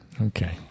Okay